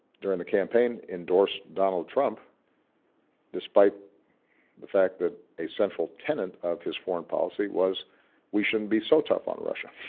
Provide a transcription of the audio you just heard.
during the campaign endorsed donald trump despite the fact that a central tenet of his foreign policy was we shouldn't be so tough on russia.